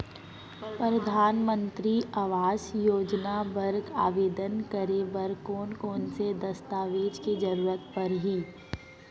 परधानमंतरी आवास योजना बर आवेदन करे बर कोन कोन से दस्तावेज के जरूरत परही?